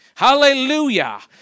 Hallelujah